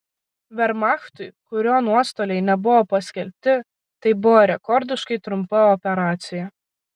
vermachtui kurio nuostoliai nebuvo paskelbti tai buvo rekordiškai trumpa operacija